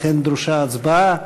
לכן דרושה הצבעה.